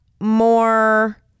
more